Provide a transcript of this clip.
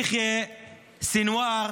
יחיא סנוואר,